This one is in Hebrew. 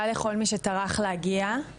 תודה לכל מי שטרח להגיע,